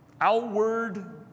outward